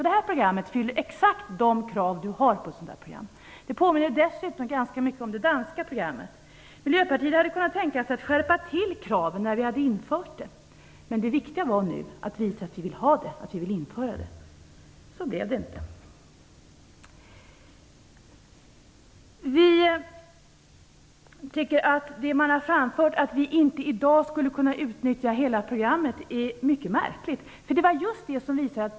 Det fyller alltså exakt de krav som man kan ställa på ett sådant här program. Det påminner dessutom ganska mycket om det danska programmet. Miljöpartiet hade kunnat tänka sig att skärpa kraven när programmet hade införts, men det viktiga nu var att visa att vi vill införa det. Så blev det inte. Det har framförts att vi i dag inte skulle kunna utnyttja hela programmet. Detta låter mycket märkligt.